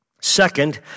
Second